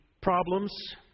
problems